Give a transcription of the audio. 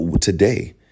today